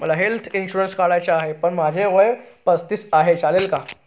मला health insurance काढायचा आहे पण माझे वय पस्तीस आहे, चालेल का?